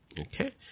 Okay